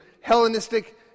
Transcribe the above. Hellenistic